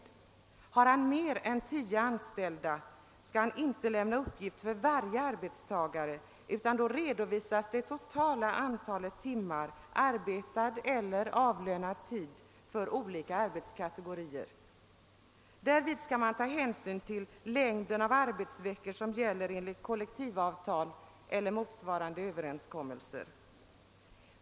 Då arbetsgivaren har mer än tio anställda, skall han inte lämna uppgift för varje arbetstagare, utan då redovisas totala antalet timmar arbetad eller avlönad tid för olika arbetskategorier. Härvid skall man ta hänsyn till längden av de arbetsveckor som gäller enligt kollektivavtal eller motsvarande överenskommelse.